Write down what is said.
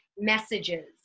messages